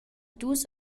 dus